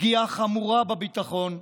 פגיעה חמורה בביטחון,